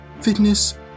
fitness